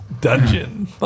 dungeon